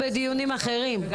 גם